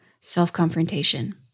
self-confrontation